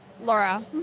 Laura